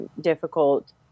difficult